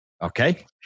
Okay